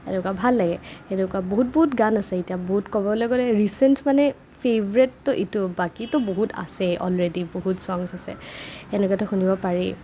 এনেকুৱা ভাল লাগে সেনেকুৱা বহুত বহুত গান আছে এতিয়া বহুত ক'বলে গ'লে ৰিচেণ্ট মানে ফেভৰেটটো এইটো বাকীতো বহুত আছে অলৰেডী বহুত ছংছ আছে সেনেকুৱাতো শুনিব পাৰি